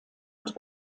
und